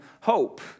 Hope